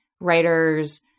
writers